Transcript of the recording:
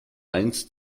eins